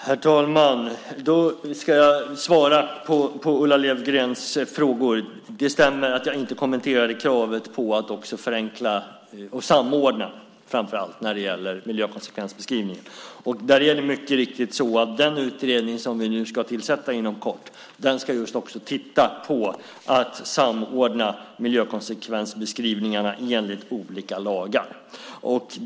Herr talman! Jag ska svara på Ulla Löfgrens frågor. Det stämmer att jag inte kommenterade kravet på förenkling och samordning, framför allt när det gäller miljökonsekvensbeskrivningen. Det är mycket riktigt så att den utredning som vi inom kort ska tillsätta också ska titta på just samordning av miljökonsekvensbeskrivningarna enligt olika lagar.